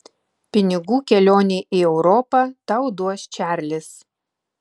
pinigų kelionei į europą tau duos čarlis